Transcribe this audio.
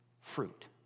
fruit